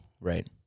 Right